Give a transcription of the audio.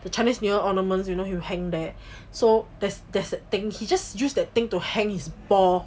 the chinese new year ornaments you know we'll hang that so there's there's that thing he just use that thing to hang his ball